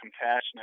compassionate